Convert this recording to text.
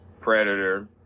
Predator